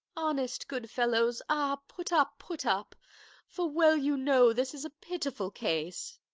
honest good fellows, ah, put up, put up for well you know this is a pitiful case.